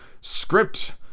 script